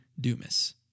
Dumas